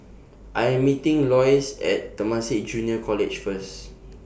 I Am meeting Lois At Temasek Junior College First